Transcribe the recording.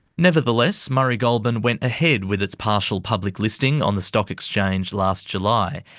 nevertheless, murray goulburn went ahead with its partial public listing on the stock exchange last july,